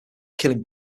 killing